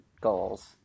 goals